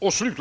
Herr talman!